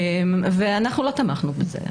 ואנחנו לא תמכנו בזה.